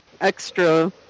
extra